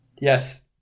Yes